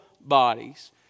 bodies